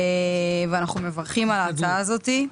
ואנחנו מברכים על ההצעה הזאת.